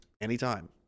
anytime